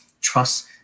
trust